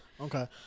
Okay